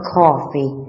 coffee